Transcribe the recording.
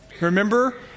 Remember